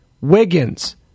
Wiggins